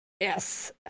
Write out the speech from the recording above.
Yes